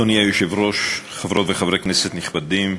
אדוני היושב-ראש, חברות וחברי כנסת נכבדים,